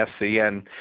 SCN